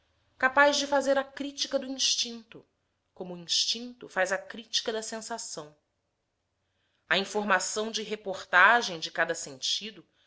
capaz de fazer a critica do instinto como o instinto faz a critica da sensação a informação de reportagem de cada sentido